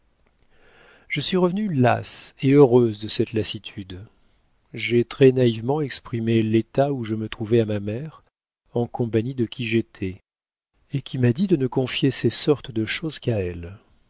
je suis revenue lasse et heureuse de cette lassitude j'ai très naïvement exprimé l'état où je me trouvais à ma mère en compagnie de qui j'étais et qui m'a dit de ne confier ces sortes de choses qu'à elle